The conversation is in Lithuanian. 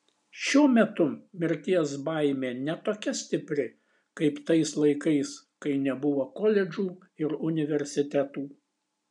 šiuo metu mirties baimė ne tokia stipri kaip tais laikais kai nebuvo koledžų ir universitetų